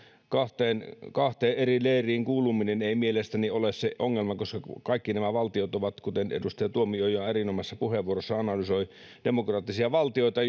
kahteen kahteen eri leiriin kuuluminen ei mielestäni ole se ongelma koska kaikki nämä valtiot ovat kuten edustaja tuomioja erinomaisessa puheenvuorossaan analysoi demokraattisia valtioita